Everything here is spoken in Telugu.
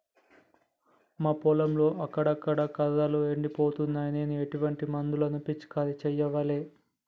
మా పొలంలో అక్కడక్కడ కర్రలు ఎండిపోతున్నాయి నేను ఎటువంటి మందులను పిచికారీ చెయ్యాలే?